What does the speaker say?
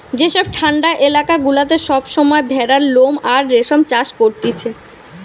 যেসব ঠান্ডা এলাকা গুলাতে সব সময় ভেড়ার লোম আর রেশম চাষ করতিছে